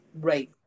Right